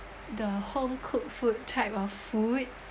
the home cooked food type of food